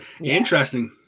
interesting